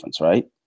right